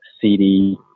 CD